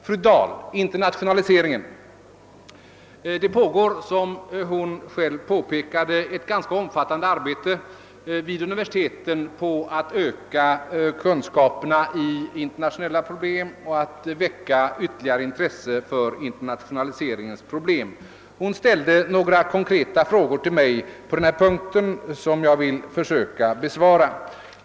Beträffande internationaliseringen skulle jag vilja säga fru Dahl att det pågår, som hon själv påpekade, ett ganska omfattande arbete vid universiteten i syfte att öka kunskaperna i internationella problem och för att väcka ytterligare intresse för internationaliseringsspörsmålen. Hon ställde några konkreta frågor till mig som jag vill försöka besvara.